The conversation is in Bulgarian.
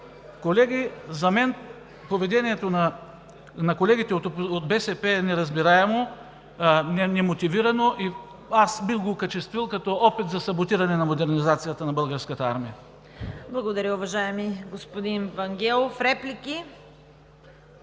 Колеги, за мен поведението на колегите от БСП е неразбираемо, немотивирано и аз бих го окачествил като опит за саботиране модернизацията на Българската армия.